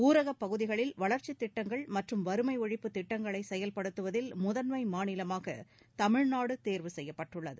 ஊரகப் பகுதிகளில் வளர்ச்சித் திட்டங்கள் மற்றும் வறுமை ஒழிப்புத் திட்டங்களை செயல்படுத்துவதில் முதன்மை மாநிலமாக தமிழ்நாடு தேர்வு செய்யப்பட்டுள்ளது